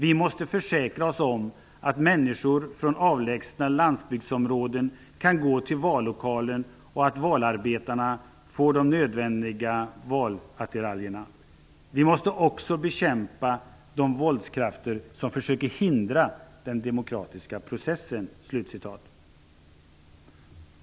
Vi måste försäkra oss om att människor från avlägsna landsbygdsområden kan gå till vallokalen och att valarbetarna får de nödvändiga valattiraljerna. Vi måste också bekämpa de våldskrafter som försöker hindra den demokratiska processen''.